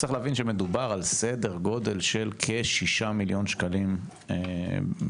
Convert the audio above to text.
צריך להבין שמדובר בסדר גודל של כשישה מיליון שקלים בשנה,